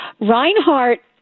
Reinhardt